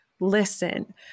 Listen